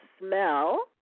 smell